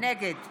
נגד